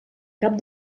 cap